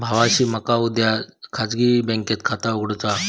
भावाशी मका उद्या खाजगी बँकेत खाता उघडुचा हा